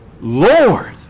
Lord